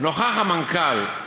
נוכח המנהל הכללי